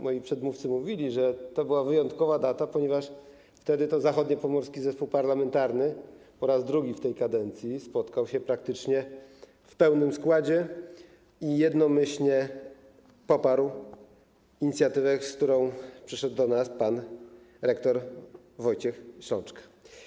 Moi przedmówcy mówili, że to była wyjątkowa data, ponieważ wtedy to Zachodniopomorski Zespół Parlamentarny po raz drugi w tej kadencji spotkał się praktycznie w pełnym składzie i jednomyślnie poparł inicjatywę, z którą przyszedł do nas pan rektor Wojciech Ślączka.